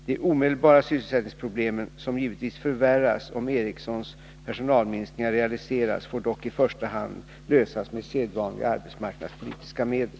De omedelbara sysselsättningsproblemen, som givetvis förvärras om Ericssons personalminskningar realiseras, får dock i första hand lösas med sedvanliga arbetsmarknadspolitiska medel.